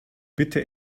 bitte